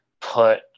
put